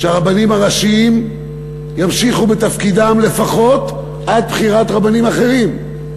שהרבנים הראשיים ימשיכו בתפקידם לפחות עד בחירת רבנים אחרים,